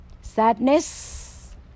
sadness